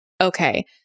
Okay